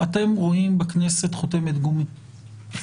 אתם רואים בכנסת חותמת גומי.